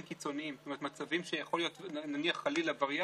שתי משימות גדולות מבחינתי: 1. לסיים כמה שיותר מהר את המשא ומתן עם